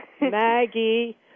Maggie